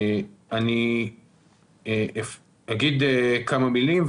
אני אגיד כמה מילים,